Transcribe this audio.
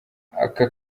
aka